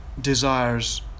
desires